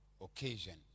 occasion